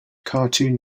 cartoon